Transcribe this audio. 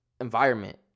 environment